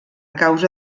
causa